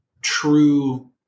true